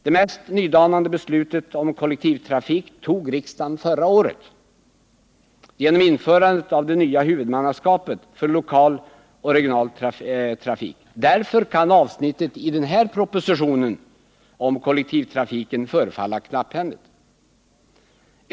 Det mest nydanande beslutet om kollektivtrafik tog riksdagen förra året genom införandet av det nya huvudmannaskapet för lokal och regional trafik. Därför kan avsnittet om kollektivtrafiken i den här propositionen förefalla knapphändigt.